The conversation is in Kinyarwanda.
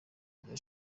ibya